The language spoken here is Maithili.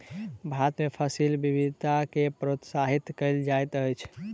भारत में फसिल विविधता के प्रोत्साहित कयल जाइत अछि